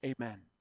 Amen